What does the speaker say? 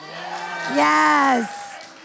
Yes